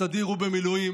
בסדיר ובמילואים,